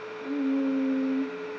mm